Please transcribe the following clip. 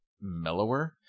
mellower